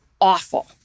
awful